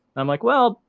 i'm like well,